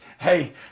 Hey